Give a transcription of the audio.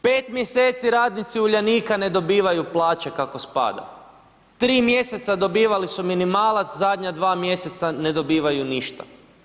5 mjeseci radnici Uljanika ne dobivaju plaće kako spada, 3 mjeseca dobivali su minimalac, zadnja 2 mjeseca ne dobivaju ništa.